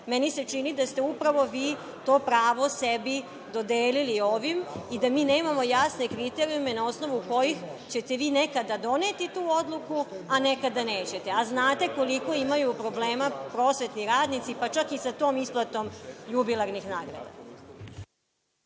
meni se čini da ste upravo vi to pravo sebi dodelili ovim i da mi nemamo jasne kriterijume na osnovu kojih ćete vi nekada doneti tu odluku, a nekada nećete, a znate koliko imaju problema prosvetni radnici, pa čak i sa tom isplatom jubilarnih nagrada.